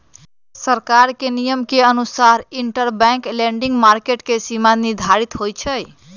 सरकार के नियम के अनुसार इंटरबैंक लैंडिंग मार्केट के सीमा निर्धारित होई छई